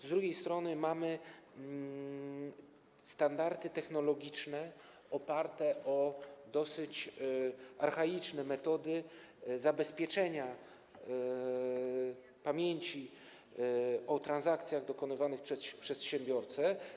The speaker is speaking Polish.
Z drugiej strony mamy standardy technologiczne oparte na dosyć archaicznych metodach zabezpieczenia pamięci o transakcjach dokonywanych przez przedsiębiorcę.